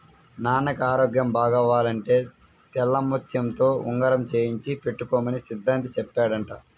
నాన్నకి ఆరోగ్యం బాగవ్వాలంటే తెల్లముత్యంతో ఉంగరం చేయించి పెట్టుకోమని సిద్ధాంతి చెప్పాడంట